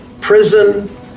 Prison